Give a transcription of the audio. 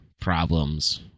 problems